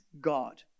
God